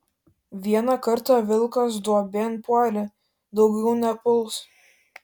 vieną kartą vilkas duobėn puolė daugiau nepuls